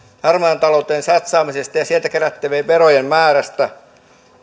torjuntaan satsaamisesta ja sieltä kerättävien verojen määrästä